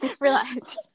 Relax